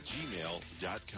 gmail.com